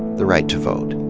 the right to vote.